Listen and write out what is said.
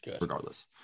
regardless